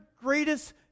greatest